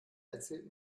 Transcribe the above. erzählt